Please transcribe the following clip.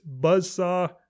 buzzsaw